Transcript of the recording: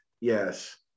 yes